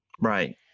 Right